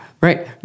right